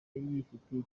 yifitiye